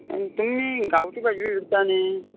तुमी गांवठी भाजी बी विकता न्हय